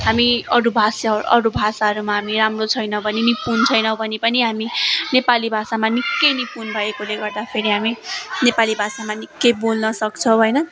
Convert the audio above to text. हामी अरू भाष्य अरू भाषाहरूमा हामी राम्रो छैन भने निपुण छैन भने पनि हामी नेपाली भाषामा निकै निपुण भएकोले गर्दाखेरि हामी नेपाली भाषामा निकै बोल्न सक्छौँ होइन